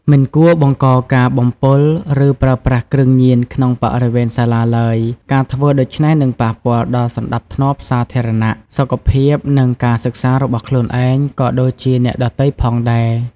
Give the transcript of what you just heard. មិនគួរបង្កការបំពុល ឬប្រើប្រាស់គ្រឿងញៀនក្នុងបរិវេណសាលាឡើយ ការធ្វើដូច្នេះនឹងប៉ះពាល់ដល់សណ្តាប់ធ្នាប់សាធារណៈ សុខភាព និងការសិក្សារបស់ខ្លួនឯង ក៏ដូចជាអ្នកដទៃផងដែ។